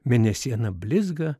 mėnesiena blizga